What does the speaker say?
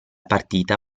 partita